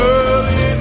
Early